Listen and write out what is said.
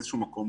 באיזשהו מקום,